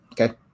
okay